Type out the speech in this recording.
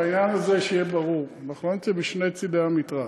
בעניין הזה שיהיה ברור: אנחנו לא נמצאים בשני צדי המתרס.